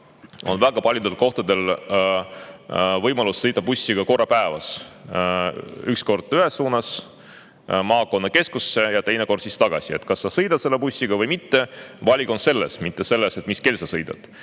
väga paljudes kohtades võimalus sõita bussiga korra päevas: üks kord ühes suunas, maakonnakeskusesse, ja teine kord siis tagasi. Sa kas sõidad selle bussiga või mitte, valik on selles, mitte selles, mis kell sa sõidad.